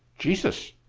jesus,